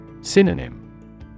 Synonym